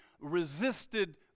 resisted